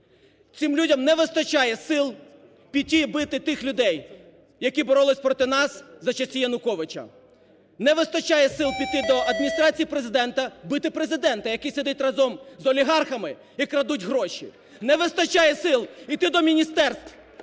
Цим людям не вистачає сил піти і бити тих людей, які боролися проти нас за часів Януковича, не вистачає сил піти до Адміністрації Президента, бити Президента, який сидить разом з олігархами і крадуть гроші, не вистачає сил іти до міністерств,